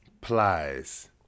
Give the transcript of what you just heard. Plies